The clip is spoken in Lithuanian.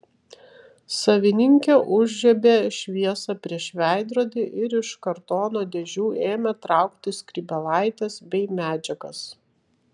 savininkė užžiebė šviesą prieš veidrodį ir iš kartono dėžių ėmė traukti skrybėlaites bei medžiagas